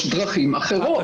יש דרכים אחרות.